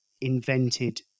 invented